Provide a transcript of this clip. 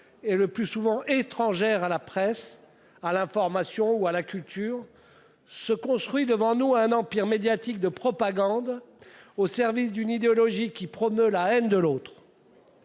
est le plus souvent étrangère à la presse, à l'information ou à la culture, se met en place devant nous un empire médiatique de propagande au service d'une idéologie qui prône la haine de l'autre.